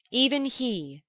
even he,